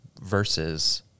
versus